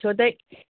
छो त